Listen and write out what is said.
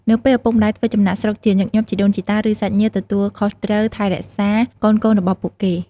នៅពេលឪពុកម្តាយធ្វើចំណាកស្រុក ជាញឹកញាប់ជីដូនជីតា ឬសាច់ញាតិទទួលខុសត្រូវថែរក្សាកូនៗរបស់ពួកគេ។